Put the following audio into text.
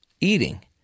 eating